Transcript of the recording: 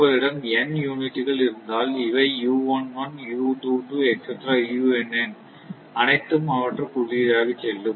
உங்களிடம் n யூனிட்டுகள் இருந்தால் இவை அனைத்தும் அவற்றுக்கு உள்ளீடாக செல்லும்